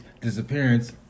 disappearance